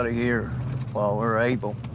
ah here while we're able.